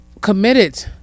committed